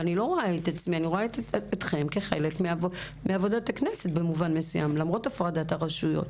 ואני רואה אתכם כחלק מעבודת הכנסת במובן מסוים למרות הפרדת הרשויות.